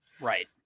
Right